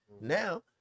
Now